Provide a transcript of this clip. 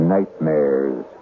Nightmares